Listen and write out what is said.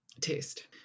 taste